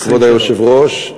כבוד היושב-ראש,